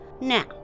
Now